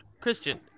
Christian